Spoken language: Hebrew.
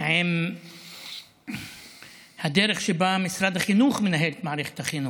עם הדרך שבה משרד החינוך מנהל את מערכת החינוך,